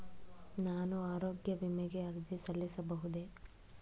ನಾನು ಆರೋಗ್ಯ ವಿಮೆಗೆ ಅರ್ಜಿ ಸಲ್ಲಿಸಬಹುದೇ?